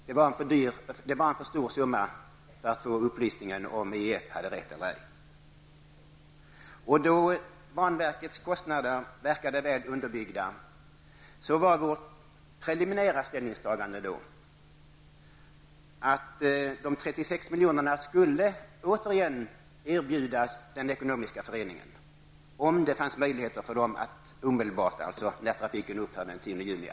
Det var för mig en för stor summa för att få upplysningen om föreningen hade rätt eller inte. Då banverkets kostnader verkade väl underbyggda blev vårt preliminära ställningstagande att de 36 miljonerna återigen skulle erbjudas den ekonomiska föreningen, om det fanns möjlighet för föreningen att använda dessa pengar omedelbart efter det att trafiken kommer att ha upphört den 10 juni.